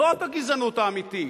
זאת הגזענות האמיתית.